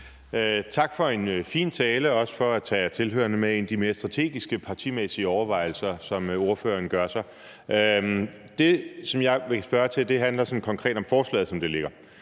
Tak for en fin tale og også for at tage tilhørerne med ind i de mere strategiske, partimæssige overvejelser, som ordføreren gør sig. Det, som jeg vil spørge til, handler konkret om forslaget, som det ligger.